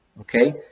okay